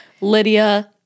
Lydia